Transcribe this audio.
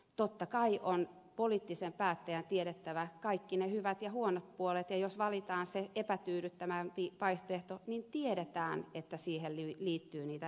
totta kai on poliittisen päättäjän tiedettävä kaikki ne hyvät ja huonot puolet ja jos valitaan se epätyydyttävämpi vaihtoehto niin tiedetään että siihen liittyy niitä negatiivisia puolia